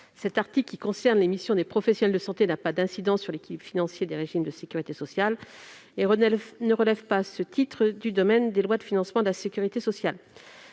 médecin. Il concerne les missions des professionnels de santé, mais n'a pas d'incidence sur l'équilibre financier des régimes de sécurité sociale. Il ne relève donc pas du domaine des lois de financement de la sécurité sociale.